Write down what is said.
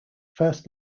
first